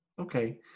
Okay